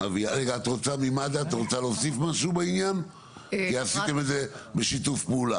רגע ממד"א את רוצה להוסיף משהו בעניין כי עשיתם את זה בשיתוף פעולה?